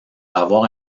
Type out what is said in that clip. avoir